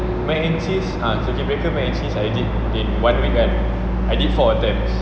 mac and cheese ah circuit breaker mac and cheese I did in one week I did four attempts